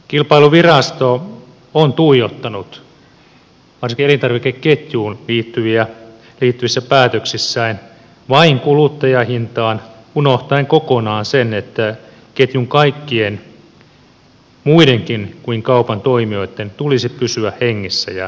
kilpailuvirasto on tuijottanut varsinkin elintarvikeketjuun liittyvissä päätöksissään vain kuluttajahintaan unohtaen kokonaan sen että ketjun kaikkien muidenkin kuin kaupan toimijoitten tulisi pysyä hengissä ja kannattavina